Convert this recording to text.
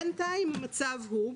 בינתיים המצב הוא,